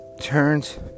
turns